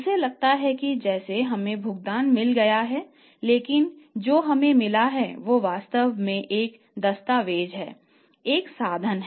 उसे लगता है जैसे हमें भुगतान मिल गया है लेकिन जो हमें मिला है वह वास्तव में एक दस्तावेज या एक साधन है